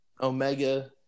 Omega